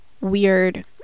weird